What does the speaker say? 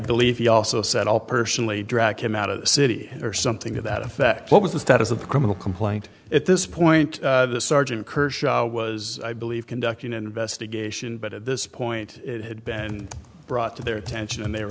believe he also said i'll personally drag him out of city or something to that effect what was the status of the criminal complaint at this point sergeant kershaw was i believe conducting an investigation but at this point it had been brought to their attention and they were